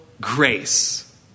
grace